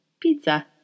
pizza